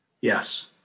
Yes